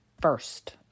first